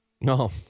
No